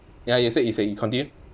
ya you say you say you continue